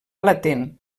latent